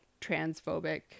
transphobic